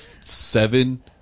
seven